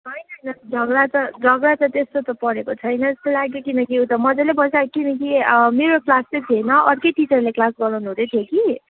होइन होइन त्यो झगडा झगडा त त्यस्तो त परेको छैन जस्तो लाग्यो किनकि ऊ त मजाले बसिरहेको थियो किनकि मेरो क्लास चाहिँ थिएन अर्कै टिचरले क्लास गराउनुहुँदै थियो कि